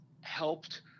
helped